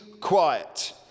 quiet